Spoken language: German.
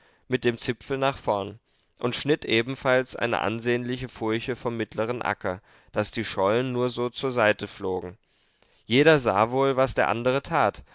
mit dem zipfel nach vorn und schnitt ebenfalls eine ansehnliche furche vom mittleren acker daß die schollen nur so zur seite flogen jeder sah wohl was der andere tat